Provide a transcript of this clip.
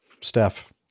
Steph